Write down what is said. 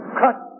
cut